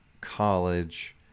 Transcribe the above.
college